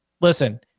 Listen